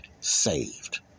saved